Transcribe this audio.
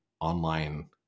online